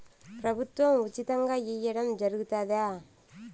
ప్రభుత్వం ఉచితంగా ఇయ్యడం జరుగుతాదా?